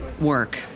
work